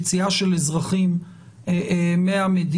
יציאה של אזרחים מהמדינה,